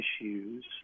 issues